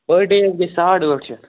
پٔر ڈے حظ گَژھِ ساڑ ٲٹھ شَتھ